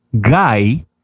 guy